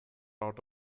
out